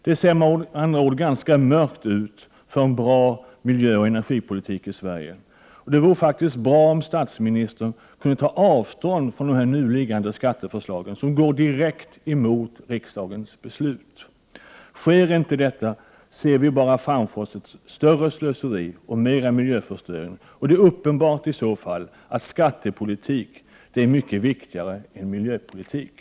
Det ser med andra ord ganska mörkt ut för en bra miljöoch energipolitik i Sverige. Det vore faktiskt bra om statsministern kunde ta avstånd från de nu liggande skatteförslagen, som direkt strider mot riksdagens beslut. Sker inte detta, kan vi inte se något annat framför oss än ett större slöseri och en större miljöförstöring, och i så fall är det uppenbart att skattepolitiken är mycket viktigare än miljöpolitiken.